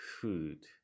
food